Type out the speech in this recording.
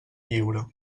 lliure